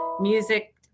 music